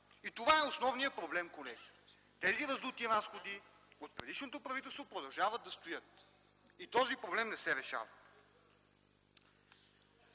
Това е основният проблем, колеги – тези раздути разходи от предишното правителство продължават да стоят и проблемът не се решава.